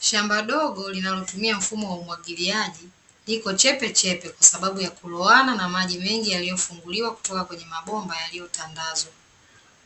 Shamba dogo linalotumia mfumo wa umwagiliaji liko chepechepe kwa sababu ya kulowana na maji mengi yaliyofunguliwa kutoka kwenye mabomba yaliyotandazwa.